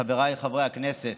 חבריי חברי הכנסת,